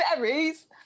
Berries